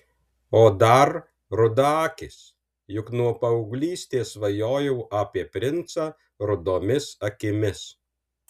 o dar rudaakis juk nuo paauglystės svajojau apie princą rudomis akims